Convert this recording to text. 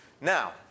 Now